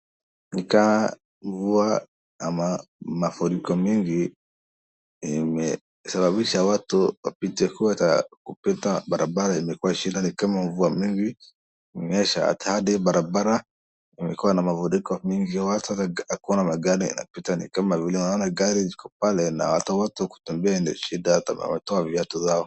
Ni kama mvua ama mafuriko mingi imesababisha watu wapite kule, kupita bararaba imekuwa shida ni kama mvua mingi imenyesha hata hadi barabara imekuwa na mafuriko mingi. Hata hakuna magari yanapita ni kama naona gari ziko pale na hata watu kutembea ndio shida hata wametoa viatu zao.